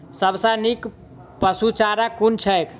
सबसँ नीक पशुचारा कुन छैक?